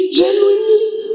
genuinely